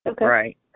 right